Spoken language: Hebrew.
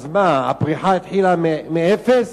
אז מה, הפריחה התחילה מאפס?